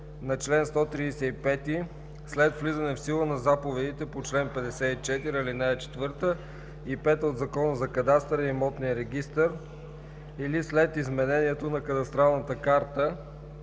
на чл. 135 след влизане в сила на заповедите по чл. 54, ал. 4 и 5 от Закона за кадастъра и имотния регистър или след изменението на кадастралната карта,